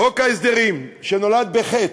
חוק ההסדרים, שנולד בחטא,